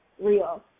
real